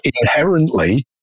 inherently